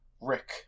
Rick